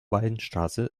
weinstraße